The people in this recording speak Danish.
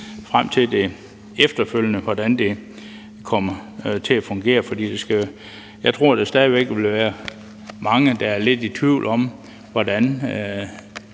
frem til det efterfølgende, altså hvordan det kommer til at fungere, for jeg tror, der stadig væk vil være mange, der er lidt i tvivl om, hvordan